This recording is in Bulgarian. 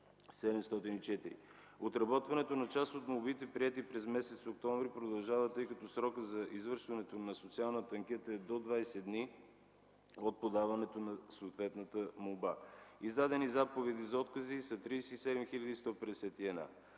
704. Отработването на част от молбите, приети през м. октомври, продължава, тъй като срокът за извършването на социалната анкета е до 20 дена от подаването на съответната молба. Издадените заповеди за откази са 37 151.